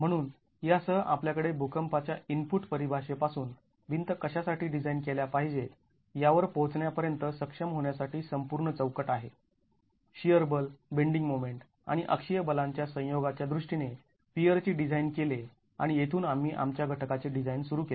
म्हणून यासह आपल्याकडे भुकंपाच्या इनपुट परिभाषेपासून भिंत कशासाठी डिझाईन केल्या पाहिजेत यावर पोहोचण्यापर्यंत सक्षम होण्यासाठी संपूर्ण चौकट आहे शिअर बल बेंडींग मोमेंट आणि अक्षीय बलांच्या संयोगाच्या दृष्टीने पियरचे डिझाईन केले आणि येथून आम्ही आमच्या घटकाचे डिझाईन सुरू केले